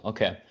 Okay